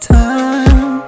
time